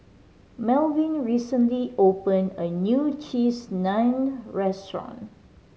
Melvyn recently opened a new Cheese Naan Restaurant